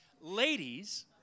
ladies